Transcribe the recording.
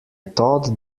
thought